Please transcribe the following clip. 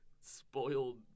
spoiled